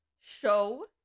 Show